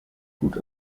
gut